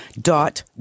dot